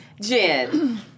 Jen